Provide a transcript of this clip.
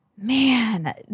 man